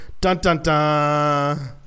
dun-dun-dun